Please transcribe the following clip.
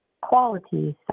Qualities